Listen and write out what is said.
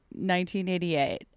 1988